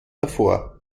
davor